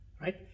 right